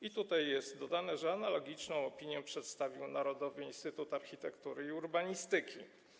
I tutaj jest dodane, że analogiczną opinię przedstawił Narodowy Instytut Architektury i Urbanistyki.